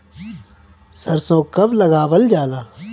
सरसो कब लगावल जाला?